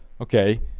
okay